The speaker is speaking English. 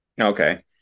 Okay